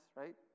right